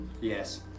Yes